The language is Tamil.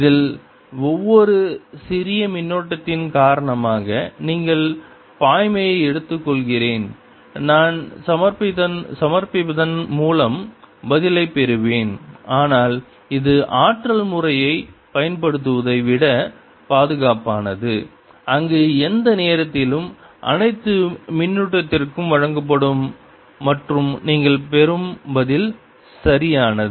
இதில் ஒவ்வொரு சிறிய மின்னோட்டத்தின் காரணமாக நீங்கள் பாய்மையை எடுத்துக்கொள்கிறேன் நான் சமர்ப்பிப்பதன் மூலம் பதிலைப் பெறுவேன் ஆனால் இது ஆற்றல் முறையை பயன்படுத்துவதை விட பாதுகாப்பானது அங்கு எந்த நேரத்திலும் அனைத்து மின்னூட்டத்திற்கும் b வழங்கப்படும் மற்றும் நீங்கள் பெறும் பதில் சரியானது